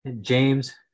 James